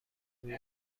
روی